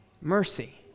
Mercy